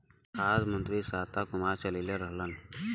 खाद्य मंत्री शांता कुमार चललइले रहलन